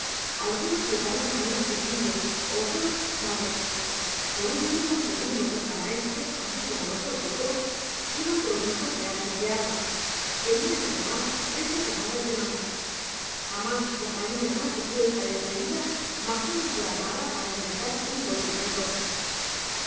algunos llevaban grandes cuchillos otros sables por último el segundo contramaestre así como los otros dos iban provistos de hachas de armas tenian ademas trece granadas de mano jamás compañía mas resuelta y atrevida marchó mejor armada para intentar un golpe traidor